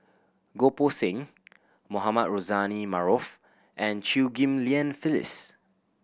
Goh Poh Seng Mohamed Rozani Maarof and Chew Ghim Lian Phyllis